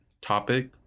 topic